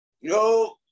Yo